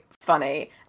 funny